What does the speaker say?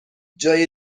جای